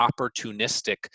opportunistic